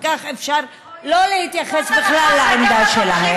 וכך אפשר לא להתייחס בכלל לעמדה שלהם.